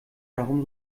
darum